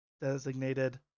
designated